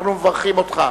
אנחנו מברכים אותך.